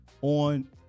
on